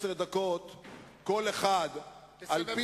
ורע"ם-תע"ל גם?